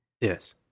Yes